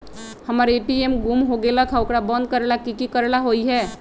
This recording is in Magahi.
हमर ए.टी.एम गुम हो गेलक ह ओकरा बंद करेला कि कि करेला होई है?